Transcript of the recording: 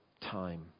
time